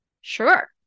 Sure